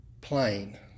plain